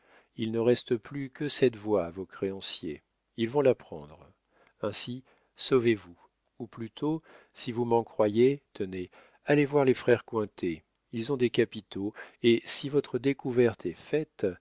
il ne reste plus que cette voie à vos créanciers ils vont la prendre ainsi sauvez-vous ou plutôt si vous m'en croyez tenez allez voir les frères cointet ils ont des capitaux et si votre découverte est faite